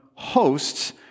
hosts